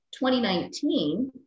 2019